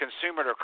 consumer